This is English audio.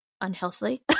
unhealthy